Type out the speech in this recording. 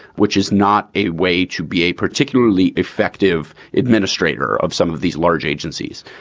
which is not a way to be a particularly effective administrator of some of these large agencies.